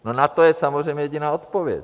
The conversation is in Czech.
Na to je samozřejmě jediná odpověď.